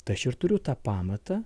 tai aš ir turiu tą pamatą